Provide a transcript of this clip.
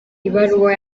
ibaruwa